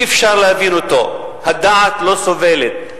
אי-אפשר להבין אותו, הדעת לא סובלת,